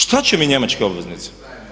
Šta će mi njemačke obveznice?